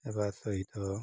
ହେବା ସହିତ